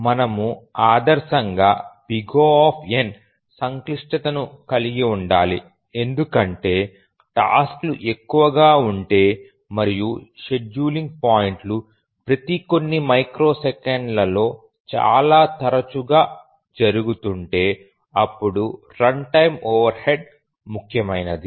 మనము ఆదర్శంగా O సంక్లిష్టతను కలిగి ఉండాలి ఎందుకంటే టాస్క్ లు ఎక్కువగా ఉంటే మరియు షెడ్యూలింగ్ పాయింట్లు ప్రతి కొన్ని మైక్రోసెకన్లలో చాలా తరచుగా జరుగుతుంటే అప్పుడు రన్ టైమ్ ఓవర్హెడ్ ముఖ్యమైనది